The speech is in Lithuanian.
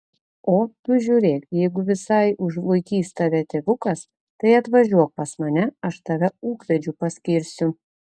o tu žiūrėk jeigu visai užvaikys tave tėvukas tai atvažiuok pas mane aš tave ūkvedžiu paskirsiu